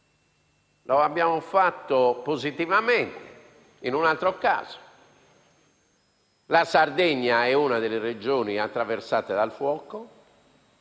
Lo abbiamo fatto positivamente in un altro caso. La Sardegna è una delle Regioni attraversate dal fuoco